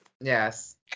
Yes